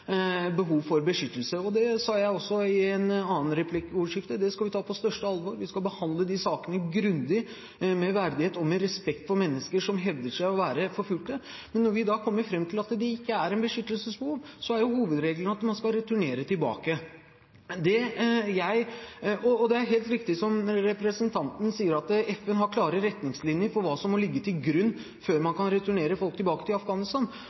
behov for beskyttelse – og det sa jeg også i et annet replikkordskifte: at det skal vi ta på det største alvor, vi skal behandle disse sakene grundig, med verdighet og respekt for mennesker som hevder seg forfulgt – og vi da kommer fram til at det ikke er et beskyttelsesbehov, er hovedregelen at man skal returnere tilbake. Det er helt riktig, som representanten sier, at FN har klare retningslinjer for hva som må ligge til grunn før man kan returnere folk tilbake til Afghanistan.